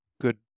good